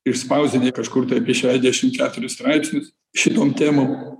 išspausdinę kažkur tai apie šešiasdešimt keturis straipsnius šitom temom